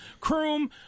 Croom